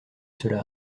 cela